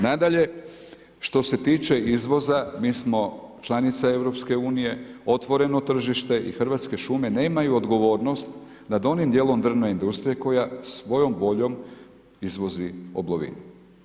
Nadalje što se tiče izvoza mi smo članica EU, otvoreno tržište i Hrvatske šume nemaju odgovornost nad onim dijelom drvne industrije koja svojom voljom izvozi oblovinu.